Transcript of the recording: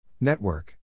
Network